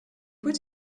would